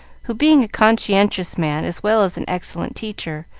who, being a conscientious man as well as an excellent teacher,